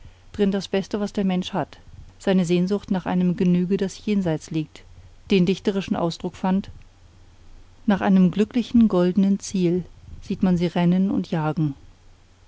drin das beste was der mensch hat seine sehnsucht nach einem genüge das jenseits liegt den dichterischen ausdruck fand nach einem glücklichen goldenen ziel sieht man sie rennen und jagen